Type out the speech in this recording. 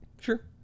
Sure